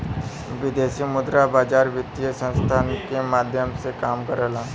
विदेशी मुद्रा बाजार वित्तीय संस्थान के माध्यम से काम करला